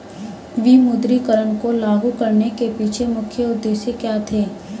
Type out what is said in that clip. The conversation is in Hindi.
विमुद्रीकरण को लागू करने के पीछे मुख्य उद्देश्य क्या थे?